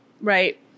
right